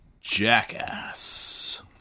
jackass